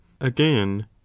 again